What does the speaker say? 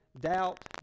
Doubt